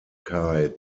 sehr